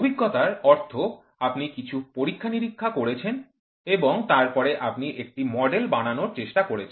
অভিজ্ঞতাগত র অর্থ আপনি কিছু পরীক্ষা নিরীক্ষা করেছেন এবং তারপরে আপনি একটি মডেল বানানোর চেষ্টা করেছেন